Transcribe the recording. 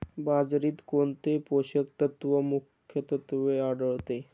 बाजरीत कोणते पोषक तत्व मुख्यत्वे आढळते?